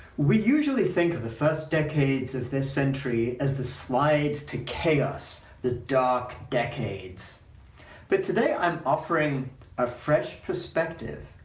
we usually think of the first decades of this century as the slide to chaos the dark decades but today i'm offering a fresh perspective.